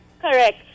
Correct